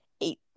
eight